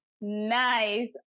Nice